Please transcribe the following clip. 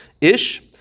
Ish